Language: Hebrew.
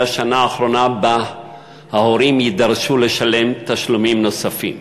השנה האחרונה שבה ההורים יידרשו לשלם תשלומים נוספים.